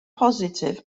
positif